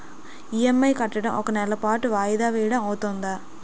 EMI కట్టడం ఒక నెల పాటు వాయిదా వేయటం అవ్తుందా?